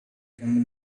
camel